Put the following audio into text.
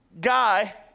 guy